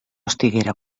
estiguera